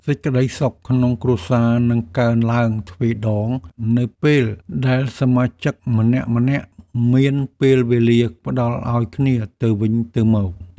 សេចក្តីសុខក្នុងគ្រួសារនឹងកើនឡើងទ្វេដង នៅពេលដែលសមាជិកម្នាក់ៗមានពេលវេលាផ្តល់ឱ្យគ្នាទៅវិញទៅមក។